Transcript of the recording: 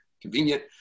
convenient